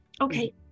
Okay